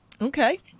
Okay